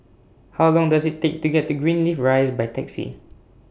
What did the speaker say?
How Long Does IT Take to get to Greenleaf Rise By Taxi